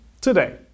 today